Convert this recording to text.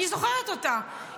אני זוכרת אותה,